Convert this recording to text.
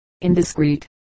indiscreet